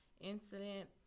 incident